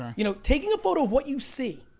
ah you know, taking a photo of what you see